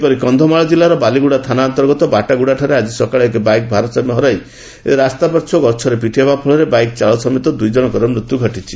ସେହିପରି କକ୍ଷମାଳ କିଲ୍ଲାର ବାଲିଗୁଡ଼ା ଥାନା ଅନ୍ତର୍ଗତ ବାଟାଗୁଠାରେ ଆକି ସକାଳେ ଏକ ବାଇକ୍ ଭାରସାମ୍ୟ ହରାଇ ରାସ୍ତା ପାର୍ଶ୍ୱ ଗଛରେ ପିଟି ହେବା ଫଳରେ ବାଇକ୍ ଚାଳକ ସମେତ ଦୁଇ ଜଶଙ୍କ ମୃତ୍ଧ୍ ଘଟିଛି